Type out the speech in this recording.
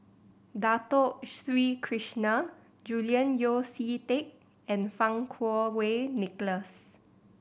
Dato Sri Krishna Julian Yeo See Teck and Fang Kuo Wei Nicholas